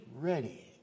ready